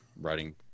writing